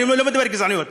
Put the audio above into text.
אני לא מדבר על גזעניות,